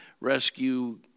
rescue